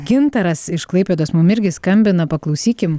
gintaras iš klaipėdos mum irgi skambina paklausykim